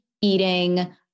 eating